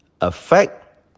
affect